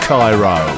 Cairo